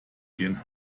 gehen